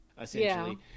essentially